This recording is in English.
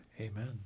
Amen